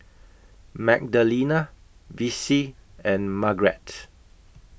Magdalena Vicie and Margret